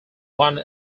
one